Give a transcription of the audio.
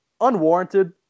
Unwarranted